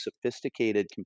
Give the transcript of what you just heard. sophisticated